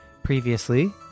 Previously